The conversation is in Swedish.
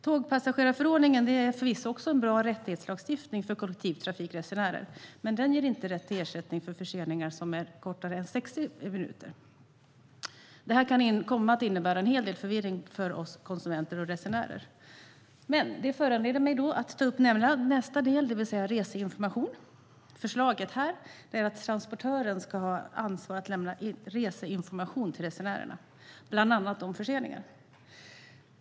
Tågpassagerarförordningen är förvisso också en bra rättighetslagstiftning för kollektivtrafikresenärer, men den ger inte rätt till ersättning vid förseningar som är kortare än 60 minuter. Detta kan komma att innebära en hel del förvirring för oss konsumenter och resenärer. Det föranleder mig att ta upp nästa del, det vill säga reseinformation. Förslaget är att transportören ska ha ansvar för att lämna reseinformation till resenärerna, bland annat om förseningar.